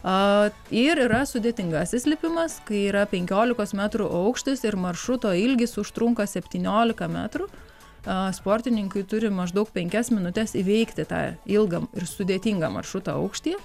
a ir yra sudėtingasis lipimas kai yra penkiolikos metrų aukštis ir maršruto ilgis užtrunka septyniolika metrų a sportininkai turi maždaug penkias minutes įveikti tą ilgam ir sudėtingą maršrutą aukštyje